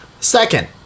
Second